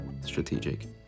strategic